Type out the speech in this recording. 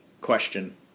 question